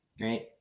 right